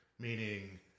Meaning